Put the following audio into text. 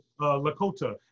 lakota